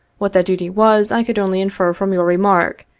what that duty was i could only infer from your remark,